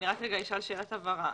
שאלת הבהרה.